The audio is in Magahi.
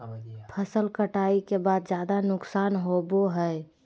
फसल कटाई के बाद ज्यादा नुकसान होबो हइ